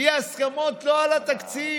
אי-הסכמות לא על התקציב,